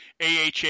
AHA